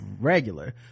regular